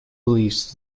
police